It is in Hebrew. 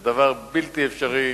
זה דבר בלתי אפשרי